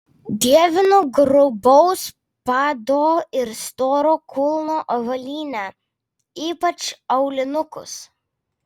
dievinu grubaus pado ir storo kulno avalynę ypač aulinukus